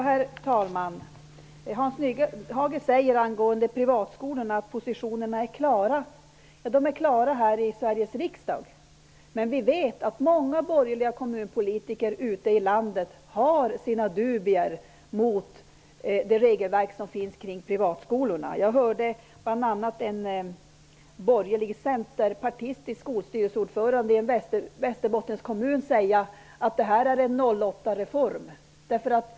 Herr talman! Hans Nyhage säger angående privatskolorna att positionerna är klara. De är klara här i Sveriges riksdag. Men vi vet att många borgerliga kommunpolitiker ute i landet har sina dubier om det regelverk som finns för privatskolorna. Jag hörde bl.a. en borgerlig, centerpartistisk, skolstyrelseordförande från en kommun i Västerbotten säga att detta är en 08-reform.